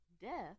death